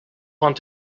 want